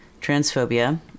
transphobia